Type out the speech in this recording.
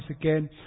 again